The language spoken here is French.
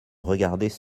regardaient